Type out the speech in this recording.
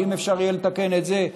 ואם אפשר יהיה לתקן את זה,